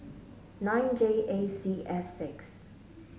nine J A C S six